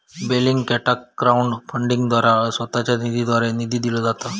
बेलिंगकॅटाक क्राउड फंडिंगद्वारा स्वतःच्या विधानाद्वारे निधी दिलो जाता